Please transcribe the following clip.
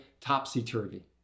topsy-turvy